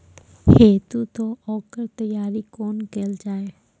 हेतै तअ ओकर तैयारी कुना केल जाय?